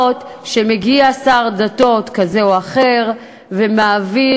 ויוכל להגיע שר דתות כזה או אחר ולהעביר,